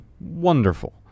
wonderful